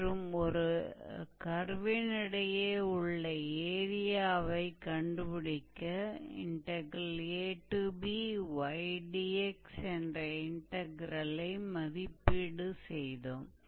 तो एक कर्व के बीच का एरिया तो एक कर्व माना 𝑦𝑓𝑥 और दो बिंदु 𝑥 𝑎 𝑥 𝑏 से बौंडेड एरिया हमें पता है कि है और y मूल रूप से 𝑓 𝑥 𝑑𝑥 दिए गए हैं